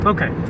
Okay